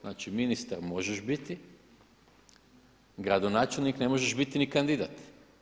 Znači, ministar možeš biti, gradonačelnik ne možeš biti ni kandidat.